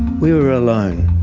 were alone.